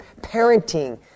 parenting